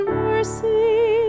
mercy